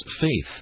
faith